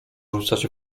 rzucać